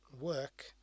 work